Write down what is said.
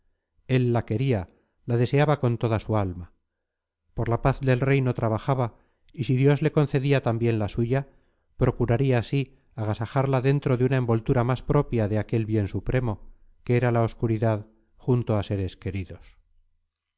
él la quería la deseaba con toda su alma por la paz del reino trabajaba y si dios le concedía también la suya procuraría sí agasajarla dentro de la envoltura más propia de aquel bien supremo que era la obscuridad junto a seres queridos